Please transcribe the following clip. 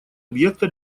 объекта